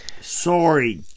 Sorry